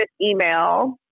email